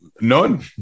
none